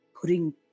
putting